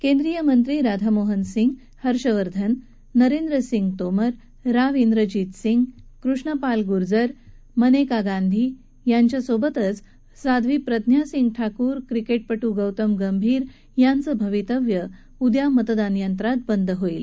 केंद्रीय मंत्री राधामोहन सिंह हर्षवर्धन नरेंद्र सिंह तोमर राव ब्रेजित सिंह कृष्ण पाल गुर्जर मनेका गांधी यांच्या बरोबरच साध्वी प्रज्ञा सिंह ठाकूर क्रिकेटपटू गौतम गंभीर यांचं भवितव्य उद्या मतदार यंत्रावर उमटवतील